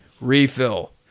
Refill